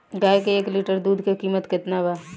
गाय के एक लीटर दूध के कीमत केतना बा?